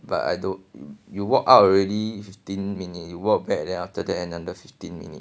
but I don't you walk out already fifteen minute you walk back then after that another fifteen minute